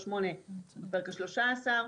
438 בפרק ה-13.